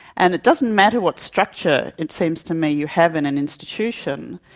and it doesn't matter what structure, it seems to me, you have in an institution,